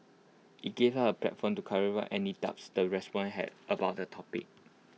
IT gave us A platform to clarify any doubts the respond had about the topic